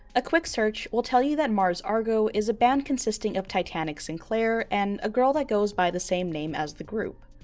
a quick search will tell you that mars argo is a band consisting of titanic sinclair and a girl that goes by the same name as the group.